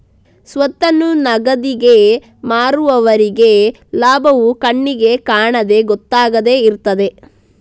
ಸ್ವತ್ತನ್ನು ನಗದಿಗೆ ಮಾರುವವರೆಗೆ ಲಾಭವು ಕಣ್ಣಿಗೆ ಕಾಣದೆ ಗೊತ್ತಾಗದೆ ಇರ್ತದೆ